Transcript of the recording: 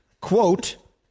Quote